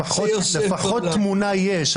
לפחות תמונה יש.